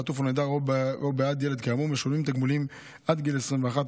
חטוף או נעדר או בעד ילד כאמור משולמים תגמולים עד גיל 21,